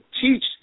teach